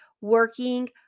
working